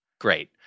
Great